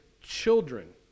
children